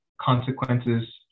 consequences